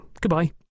Goodbye